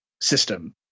system